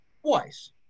twice